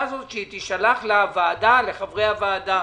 הזאת והיא תישלח לוועדה ולחברי הוועדה.